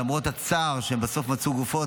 למרות הצער שהם בסוף מצאו גופות,